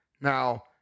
Now